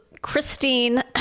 christine